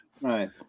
right